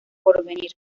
porvenir